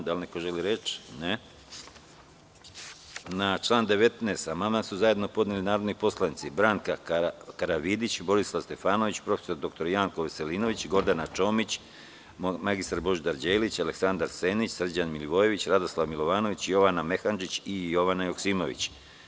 Da li neko želi reč? (Ne.) Na član 19. amandman su zajedno podneli narodni poslanici Branka Karavidić, Borislav Stefanović, prof. dr Janko Veselinović, Gordana Čomić, mr Božidar Đelić, Aleksandar Senić, Srđan Milivojević, Radoslav Milovanović, Jovana Mehandžić i Jovana Joksimović.